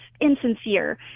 insincere